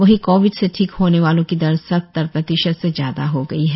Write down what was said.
वहीं कोविड से ठीक होने वालों की दर सत्तर प्रतिशत से ज्यादा हो गई है